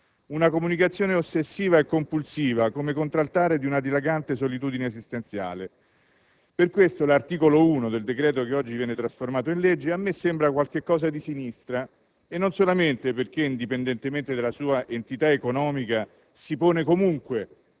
una comunicazione ossessiva e compulsiva come contraltare di una dilagante solitudine esistenziale. Per questo l'articolo 1 del decreto che oggi viene convertito in legge a me sembra un qualcosa di sinistra e non solamente perché, indipendentemente dalla sua entità economica, si pone comunque